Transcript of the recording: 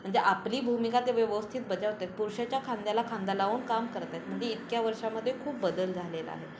आणि ते आपली भूमिका ते व्यवस्थित बजावत आहेत पुरुषाच्या खांद्याला खांदा लावून काम करत आहेत म्हणजे इतक्या वर्षामध्ये खूप बदल झालेला आहे